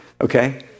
Okay